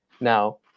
now